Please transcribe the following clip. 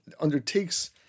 undertakes